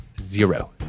zero